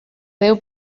déu